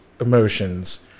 emotions